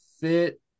fit